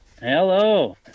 Hello